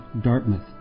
Dartmouth